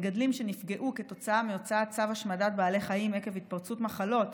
מגדלים שנפגעו כתוצאה מהוצאת צו השמדת בעלי חיים עקב התפרצות מחלות,